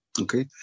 okay